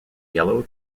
yellow